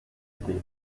esprits